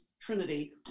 Trinity